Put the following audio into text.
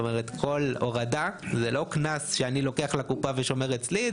זאת אומרת כל הורדה זה לא קנס שאני לוקח לקופה ושומר אצלי.